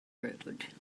road